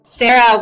Sarah